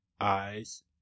eyes